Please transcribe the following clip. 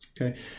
Okay